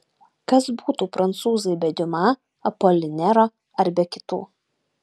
kas būtų prancūzai be diuma apolinero ar be kitų